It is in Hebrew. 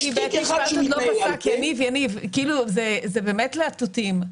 יש תיק אחד --- יניב, זה באמת להטוטים.